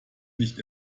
nicht